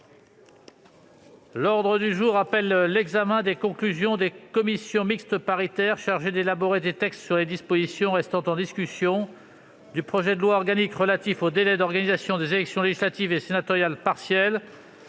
L'ordre du jour appelle l'examen des conclusions des commissions mixtes paritaires chargées d'élaborer des textes sur les dispositions restant en discussion du projet de loi organique relatif aux délais d'organisation des élections législatives et sénatoriales partielles